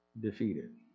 defeated